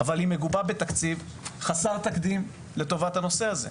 אבל היא מלווה בתקציב חסר תקדים לנושאים האלה.